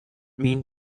mean